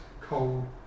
cold